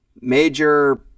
major